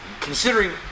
Considering